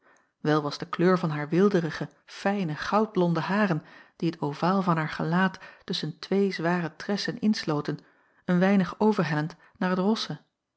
wel was de kleur van haar weelderige fijne goudblonde haren die t ovaal van haar gelaat tusschen twee zware tressen insloten een weinig overhellend naar t rosse